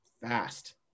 fast